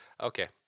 okay